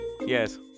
Yes